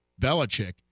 Belichick